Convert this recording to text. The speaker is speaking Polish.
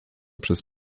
przez